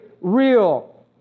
real